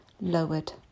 lowered